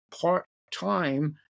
part-time